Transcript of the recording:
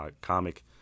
comic